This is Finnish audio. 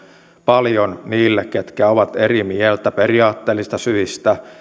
paljon niille ketkä ovat eri mieltä periaatteellisista syistä